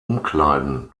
umkleiden